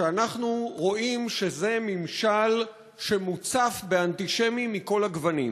כשאנחנו רואים שזה ממשל שמוצף באנטישמים מכל הגוונים.